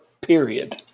period